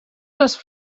les